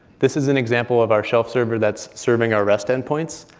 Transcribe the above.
this is an example of our shelf server that's serving our rest end points.